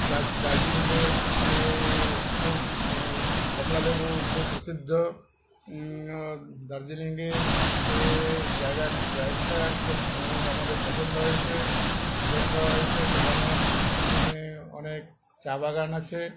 যার দার্জিলিংয়ে খুব কমলালেবু খুব প্রসিদ্ধ দার্জিলিংয়ে জায়গা জায়গা খুব আমাদের পছন্দ হয়েছে পছন্দ হয়েছে সেখানে অনেক চা বাগান আছে